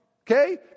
Okay